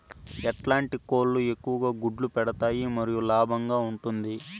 ఎట్లాంటి కోళ్ళు ఎక్కువగా గుడ్లు పెడతాయి మరియు లాభంగా ఉంటుంది?